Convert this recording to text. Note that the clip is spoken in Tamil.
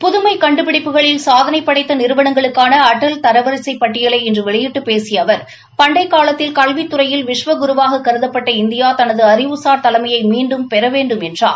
புதுமை கண்டுபிடிப்புகளில் சாதனை படைத்த நிறுவளங்களுக்கான அடல் தரிவரிசை பட்டியலை இன்று வெளியிட்டுப் பேசிய அவர் பண்டைக்காலத்தில் கல்வித்துறையில் விஷ்வ குருவாக கருதப்பட்ட இந்தியா தனது அறிவுசார் தலைமையை மீண்டும் பெற வேண்டும் என்றார்